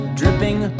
dripping